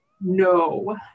no